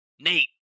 Nate